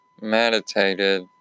meditated